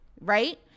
right